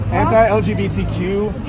anti-LGBTQ